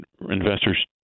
investors